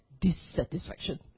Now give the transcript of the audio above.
dissatisfaction